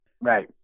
Right